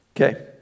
Okay